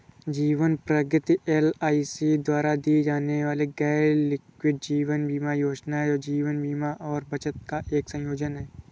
जीवन प्रगति एल.आई.सी द्वारा दी जाने वाली गैरलिंक्ड जीवन बीमा योजना है, जो जीवन बीमा और बचत का एक संयोजन है